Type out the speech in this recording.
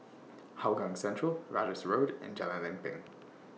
Hougang Central Ratus Road and Jalan Lempeng